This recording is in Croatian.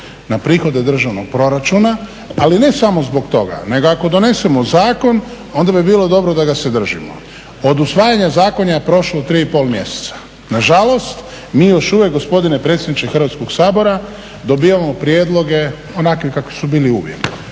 na prihode državnog proračuna, ali ne samo zbog toga nego ako donesemo zakon onda bi bilo dobro da ga se držimo. Od usvajanja zakona je prošlo 3,5 mjeseca. Nažalost, mi još uvijek gospodine predsjedniče Hrvatskog sabora dobivamo prijedloge onakvi kakvi su bili uvijek,